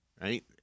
right